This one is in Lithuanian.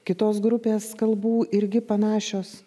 kitos grupės kalbų irgi panašios